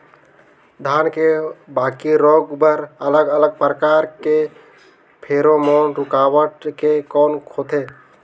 धान के बाकी रोग बर अलग अलग प्रकार के फेरोमोन रूकावट के कौन होथे?